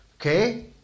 Okay